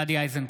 גדי איזנקוט,